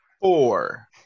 Four